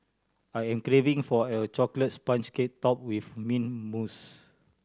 I am craving for a chocolate sponge cake topped with mint mousse